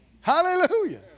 Hallelujah